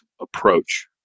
approach